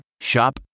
Shop